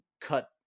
cut